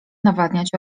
nawadniać